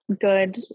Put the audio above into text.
good